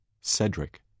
Cedric